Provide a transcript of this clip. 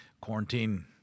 Quarantine